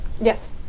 Yes